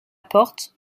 porte